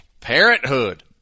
Parenthood